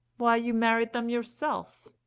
why, you married them yourself.